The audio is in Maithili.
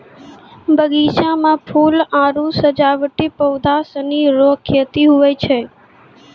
बगीचा मे फूल आरु सजावटी पौधा सनी रो खेती हुवै छै